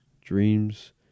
dreams